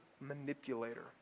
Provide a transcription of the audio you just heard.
manipulator